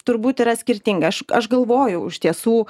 turbūt yra skirtinga aš aš galvojau iš tiesų